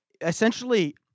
essentially